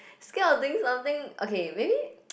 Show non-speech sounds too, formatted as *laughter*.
scared of doing something okay maybe *noise*